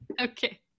Okay